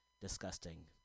disgusting